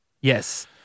Yes